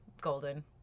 golden